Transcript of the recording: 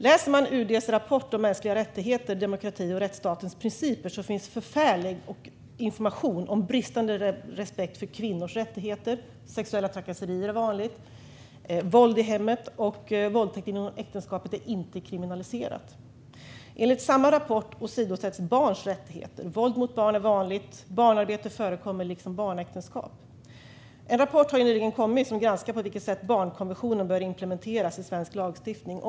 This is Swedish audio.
I UD:s rapport om mänskliga rättigheter, demokrati och rättsstatens principer finns förfärlig information om Egypten såsom bristande respekt för kvinnors rättigheter och att sexuella trakasserier är vanligt. Våld i hemmet och våldtäkt inom äktenskapet är inte heller kriminaliserat. Enligt samma rapport åsidosätts barns rättigheter. Våld mot barn är vanligt, och barnarbete liksom barnäktenskap förekommer. En rapport har nyligen kommit i vilken det granskas på vilket sätt barnkonventionen bör implementeras i svensk lagstiftning.